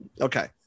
Okay